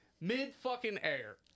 Mid-fucking-air